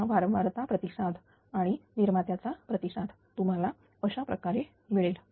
हा वारंवारता प्रतिसाद आणि निर्मात्याचा प्रतिसाद तुम्हाला अशाप्रकारे मिळेल